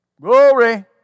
Glory